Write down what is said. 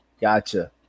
Gotcha